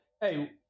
Hey